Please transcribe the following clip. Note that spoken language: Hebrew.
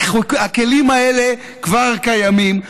הכלים האלה כבר קיימים.